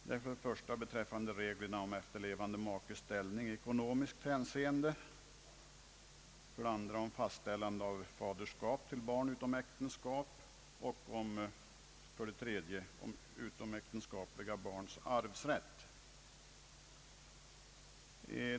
Det är för det första beträffande reglerna om efterlevande makes ställning i ekonomiskt hänseende, för det andra om fastställande av faderskap till barn utom äktenskap och för det tredje om utomäktenskapliga barns arvsrätt.